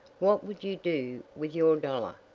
what would you do with your dollar?